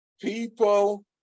people